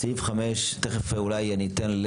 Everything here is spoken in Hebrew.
תכף אולי אני אתן,